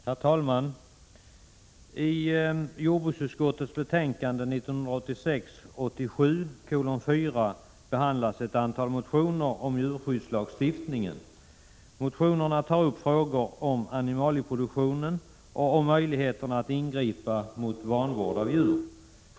Herr talman! I jordbruksutskottets betänkande 1986/87:4 behandlas ett antal motioner om djurskyddslagstiftningen. I motionerna tas upp frågor om animalieproduktionen och om möjligheterna att ingripa mot vanvård av djur.